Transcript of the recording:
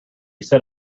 set